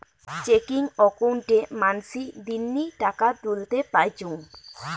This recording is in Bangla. চেকিং অক্কোউন্টে মানসী দিননি টাকা তুলতে পাইচুঙ